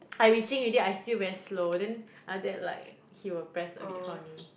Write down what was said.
I reaching already I still very slow then after that like he will press a bit for me